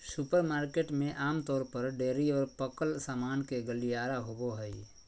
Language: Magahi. सुपरमार्केट में आमतौर पर डेयरी और पकल सामान के गलियारा होबो हइ